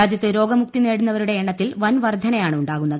രാജ്യത്തെ രോഗമുക്തി നേടുന്നവരുടെ എണ്ണത്തിൽ വൻ വർധന്യാണ് ഉണ്ടാകുന്നത്